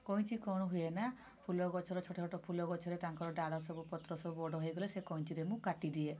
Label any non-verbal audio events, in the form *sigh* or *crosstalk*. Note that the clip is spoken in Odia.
କଇଁଚି କ'ଣ ହୁଏ ନା ଫୁଲ ଗଛର ଛୋଟ ଛୋଟ ଫୁଲ ଗଛର *unintelligible* ତାଙ୍କର ଡାଳ ସବୁ ପତ୍ର ସବୁ ବଡ଼ ହୋଇଗଲେ ସେଇ କଇଁଚିରେ ମୁଁ କାଟିଦିଏ